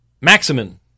Maximin